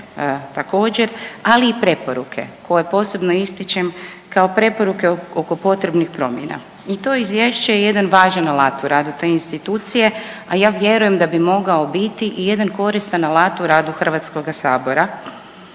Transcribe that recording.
ali i preporuke koje posebno ističem kao preporuke oko potrebnih promjena. I to izvješće je jedan važan alat u radu te institucije, a ja vjerujem da bi mogao biti i jedan koristan alat u radu Hrvatskoga sabora